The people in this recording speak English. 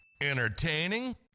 Entertaining